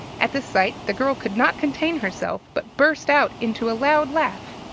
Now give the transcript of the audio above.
at the sight the girl could not contain herself, but burst out into a loud laugh.